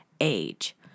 Age